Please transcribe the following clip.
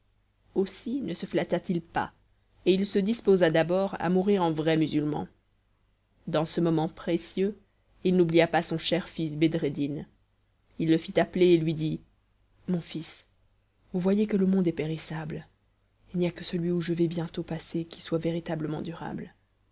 aussi ne se flatta t il pas et il se disposa d'abord à mourir en vrai musulman dans ce moment précieux il n'oublia pas son cher fils bedreddin il le fit appeler et lui dit mon fils vous voyez que le monde est périssable il n'y a que celui où je vais bientôt passer qui soit véritablement durable